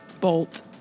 bolt